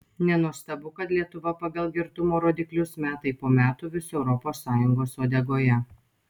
nenuostabu kad lietuva pagal girtumo rodiklius metai po metų vis europos sąjungos uodegoje